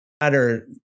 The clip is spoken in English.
matter